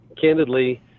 candidly